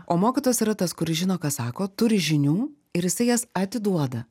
o mokytojas yra tas kuris žino ką sako turi žinių ir jisai jas atiduoda